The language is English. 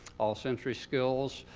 all sensory skills.